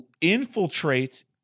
infiltrate